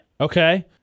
Okay